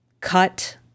cut